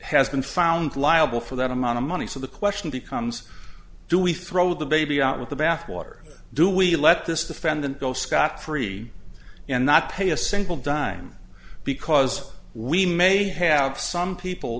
has been found liable for that amount of money so the question becomes do we throw the baby out with the bathwater do we let this defendant go scot free and not pay a single dime because we may have some people